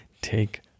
take